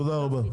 תודה רבה.